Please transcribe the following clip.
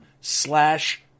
slash